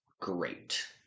great